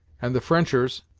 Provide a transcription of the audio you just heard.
and the frenchers,